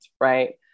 right